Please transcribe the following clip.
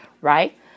right